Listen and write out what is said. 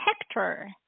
Hector